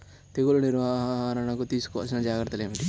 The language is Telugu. తెగులు నివారణకు తీసుకోవలసిన జాగ్రత్తలు ఏమిటీ?